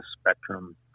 spectrum